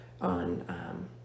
on